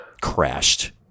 crashed